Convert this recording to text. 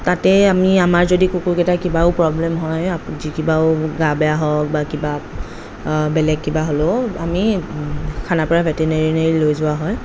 তাতেই আমি আমাৰ যদি কুকুৰকেইটা কিবাও প্ৰব্লেম হয় যদি কিবাও গা বেয়া হয় বা কিবা বেলেগ কিবা হ'লেও আমি খানাপাৰা ভেটেনেৰীলৈ লৈ যোৱা হয়